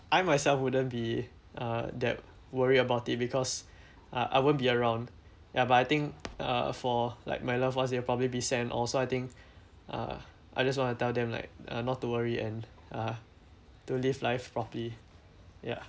I myself wouldn't be uh that worried about it because uh I won't be around ya but I think uh for like my loved ones they will probably be sad and also I think uh I just want to tell them like uh not to worry and uh to live life properly ya